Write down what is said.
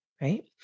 right